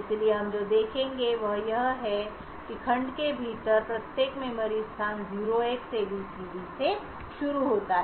इसलिए हम जो देखेंगे वह यह है कि खंड के भीतर प्रत्येक मेमोरी स्थान 0Xabcd से शुरू होता है